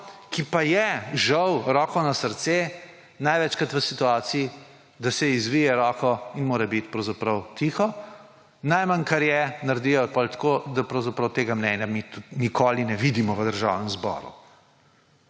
ki pa je, žal, roko na srce, največkrat v situaciji, da se ji zvije roko in mora biti pravzaprav tiho. Najmanj, kar je, naredijo potem tako, da pravzaprav tega mnenja mi tudi nikoli ne vidimo v Državnem zboru.